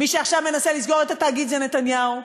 מי שעכשיו מנסה לסגור את התאגיד זה נתניהו,